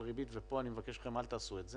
ריבית ופה אני מבקש מכם לא לעשות את זה.